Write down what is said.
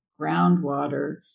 groundwater